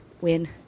win